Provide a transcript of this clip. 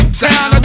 sound